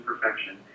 perfection